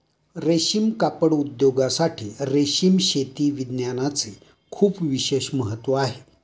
रेशीम कापड उद्योगासाठी रेशीम शेती विज्ञानाचे खूप विशेष महत्त्व आहे